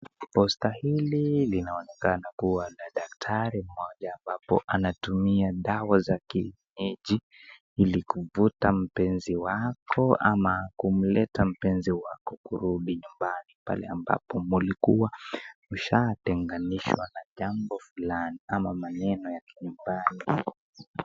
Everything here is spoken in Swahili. Posta hili linaonekana kuwa la daktari mmoja ambapo anatumia dawa za kienyeji ili kuvuta mpenzi wako ama kumleta mpenzi wako kurudi nyumbani pale ambapo mlikuwa mshatenganishwa na jambo fulani ama maneno ya kinyumbani.